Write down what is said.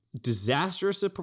Disastrous